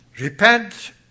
Repent